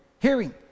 hearing